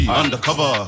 undercover